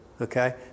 Okay